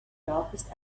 darkest